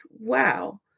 wow